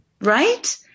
Right